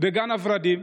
בגן הוורדים,